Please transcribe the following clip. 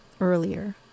earlier